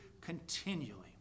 continually